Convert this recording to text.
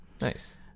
Nice